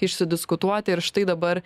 išsidiskutuoti ir štai dabar